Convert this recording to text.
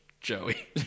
Joey